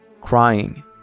crying